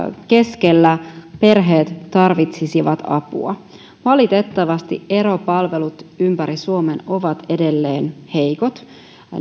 keskellä perheet tarvitsisivat apua valitettavasti eropalvelut ympäri suomen ovat edelleen heikot